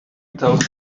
tell